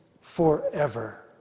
forever